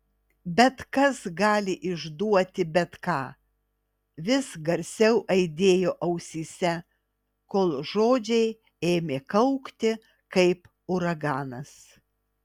bet kas gali išduoti bet ką vis garsiau aidėjo ausyse kol žodžiai ėmė kaukti kaip uraganas